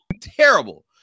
Terrible